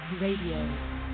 Radio